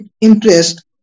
interest